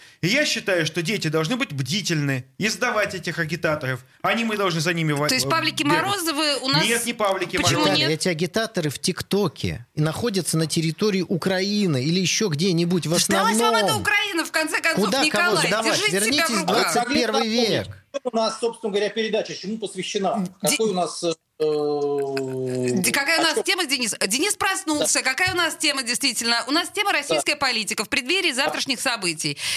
И я считаю, что дети должны быть бдительны, и сдавать этих агитаторов. Они, мы должны за ними во- То есть э, Павлики бегать. Морозовы у Нет, нас- не Павлики Почему Морозовы. Виталий, нет? эти агитаторы в ТикТоке и находятся на территории Украины или еще где-нибудь в Да сдалась вам эта основном. Украина, в конце концов, Куда кого Николай, сдавать? держите себя в Вернитесь в руках. 21-й век. Что у нас, собственно говоря, передача, чему посвящена? Ди- Какой у нас, э, Ди- э, какая у а нас что? тема, Денис? Э, Денис проснулся. Да. Какая у нас тема, действительно? У нас тема Да. «Российская политика в преддверии Да. завтрашних событий».